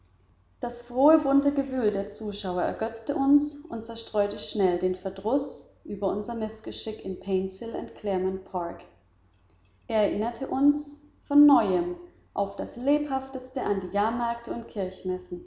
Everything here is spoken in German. das frohe bunte gewühl der zuschauer ergötzte uns und zerstreute schnell den verdruß über unser mißgeschick in painshill und claremont park er erinnerte uns von neuem auf das lebhafteste an die jahrmärkte und